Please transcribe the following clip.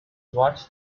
watt